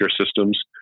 systems